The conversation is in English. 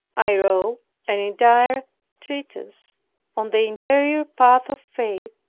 i wrote an entire treatise on the interior path of faith,